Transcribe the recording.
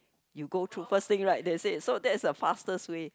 you go through first thing right they said so that is the fastest way